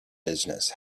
business